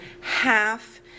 half